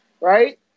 Right